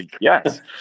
yes